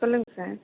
சொல்லுங்கள் சார்